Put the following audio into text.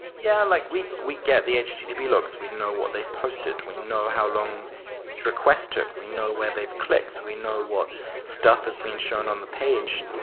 yeah. like we we get the http logs. we know what they've posted. we know how long the request took. we know where they've clicked. we know what stuff has been shown on the page.